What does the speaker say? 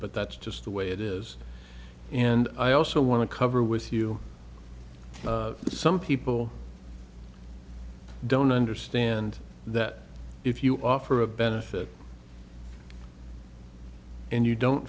but that's just the way it is and i also want to cover with you some people don't understand that if you offer a benefit and you don't